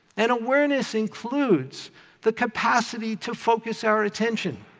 and awareness includes the capacity to focus our attention,